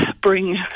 bring